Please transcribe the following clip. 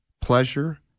pleasure